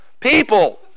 people